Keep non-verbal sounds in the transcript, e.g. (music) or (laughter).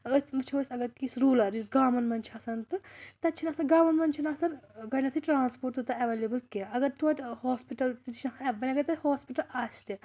أتھۍ وٕچھو أسۍ اگر یُس روٗلَر یُس گامَن مَنٛز چھِ آسان تہٕ تَتہِ چھِنہٕ آسان گامَن مَنٛز چھِنہٕ آسان گۄڈٕنٮ۪تھٕے ٹرٛانَسپوٹ تیوٗتاہ اٮ۪وٮ۪لیبٕل کیٚنٛہہ اَگر تویتہِ ہاسپِٹَل تہِ چھِ (unintelligible) اَگر تَتہِ ہاسپِٹَل آسہِ تہِ